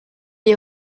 est